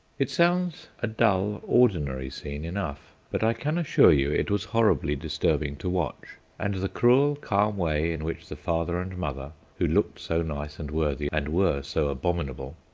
it sounds a dull ordinary scene enough, but i can assure you it was horribly disturbing to watch, and the cruel calm way in which the father and mother, who looked so nice and worthy and were so abominable,